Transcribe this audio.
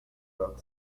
york